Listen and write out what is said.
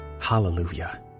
Hallelujah